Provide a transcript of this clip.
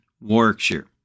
Warwickshire